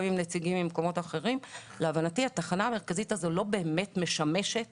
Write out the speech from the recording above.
גם עם נציגים ממקומות אחרים התחנה המרכזית הזו לא באמת משמשת